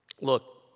look